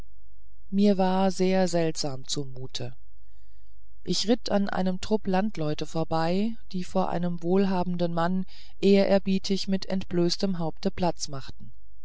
mir war sehr seltsam zu mut ich ritt an einem trupp landleute vorbei die vor einem wohlhabenden mann ehrerbietig mit entblößtem haupte platz machten